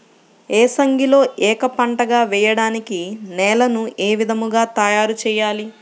ఏసంగిలో ఏక పంటగ వెయడానికి నేలను ఏ విధముగా తయారుచేయాలి?